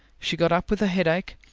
she got up with a headache,